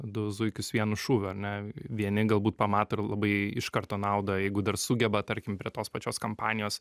du zuikius vienu šūviu ar ne vieni galbūt pamato ir labai iš karto naudą jeigu dar sugeba tarkim prie tos pačios kampanijos